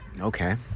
Okay